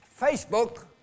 Facebook